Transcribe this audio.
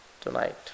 tonight